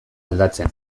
aldatzen